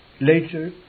Later